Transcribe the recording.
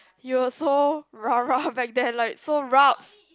you were so rah rah back then like so raks